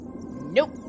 Nope